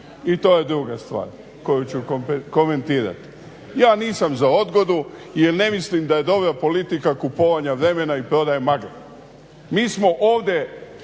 i to je druga stvar koju ću komentirati. Ja nisam za odgodu jer ne mislim da je dobra politika kupovanja vremena i prodaje magle. Mi smo ovdje